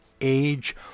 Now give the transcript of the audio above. age